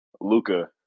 Luca